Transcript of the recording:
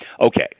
Okay